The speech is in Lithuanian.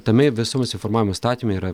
tame visuomenės informavimo įstatyme yra